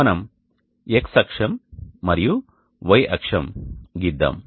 మనం X అక్షం మరియు Y అక్షం గీద్దాం